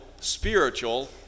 spiritual